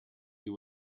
you